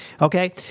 Okay